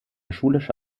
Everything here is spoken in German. schulische